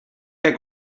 que